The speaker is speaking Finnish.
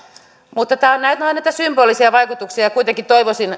mutta nämä ovat näitä symbolisia vaikutuksia kuitenkin toivoisin